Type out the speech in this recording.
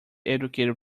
educated